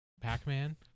Pac-Man